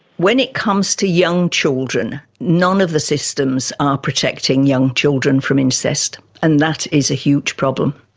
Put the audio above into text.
when it comes to young children, none of the systems are protecting young children from incest, and that is a huge problem.